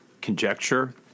conjecture